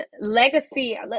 legacy